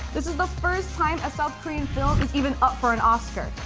this is the first time a south korean film is even up for an oscar.